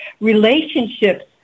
relationships